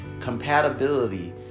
compatibility